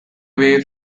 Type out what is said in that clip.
waves